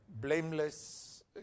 Blameless